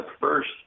first